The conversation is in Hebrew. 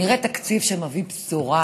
נראה תקציב שמביא בשורה,